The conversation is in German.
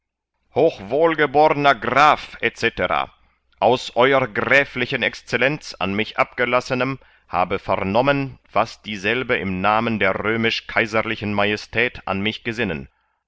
hochwohlgeborner graf etc aus e gräfl exzell an mich abgelassenem habe vernommen was dieselbe im namen der röm kais maj an mich